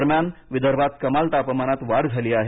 दरम्यान विदर्भात कमाल तापमानात वाढ झाली आहे